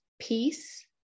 peace